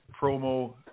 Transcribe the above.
promo